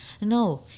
No